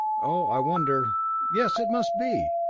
oh i wonder yes, it must be!